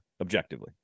Objectively